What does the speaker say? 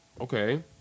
okay